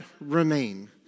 remain